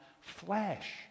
flesh